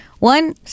One